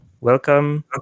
Welcome